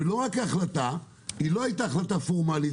זו לא הייתה החלטה פורמלית,